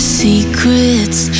secrets